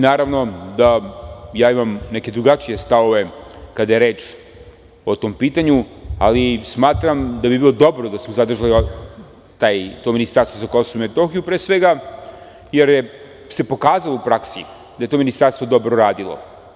Naravno da ja imam neke drugačije stavove kad je reč o tom pitanju, ali smatram da bi bilo dobro da smo zadržali to Ministarstvo za Kosovo i Metohiju, pre svega jer se pokazalo u praksi da je to ministarstvo dobro radilo.